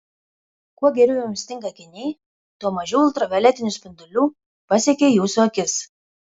kuo geriau jums tinka akiniai tuo mažiau ultravioletinių spindulių pasiekia jūsų akis